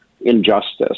injustice